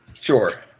Sure